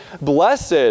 blessed